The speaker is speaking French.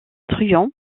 truand